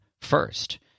first